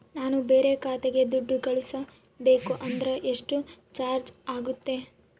ನಾನು ಬೇರೆ ಖಾತೆಗೆ ದುಡ್ಡು ಕಳಿಸಬೇಕು ಅಂದ್ರ ಎಷ್ಟು ಚಾರ್ಜ್ ಆಗುತ್ತೆ?